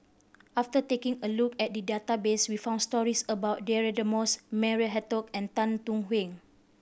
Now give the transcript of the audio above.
after taking a look at the database we found stories about Deirdre Moss Maria Hertogh and Tan Thuan Heng